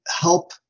help